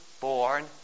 born